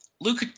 Luke